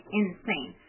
insane